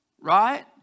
Right